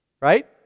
right